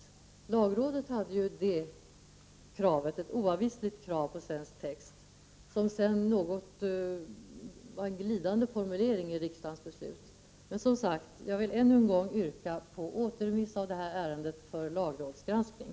Lagrådet hade ju ett oavvisligt krav på svensk text, men där det sedan blev en något glidande formulering i riksdagens beslut. Jag vill än en gång yrka bifall till återremiss av ärendet för lagrådsgranskning.